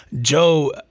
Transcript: joe